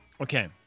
Okay